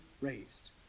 raised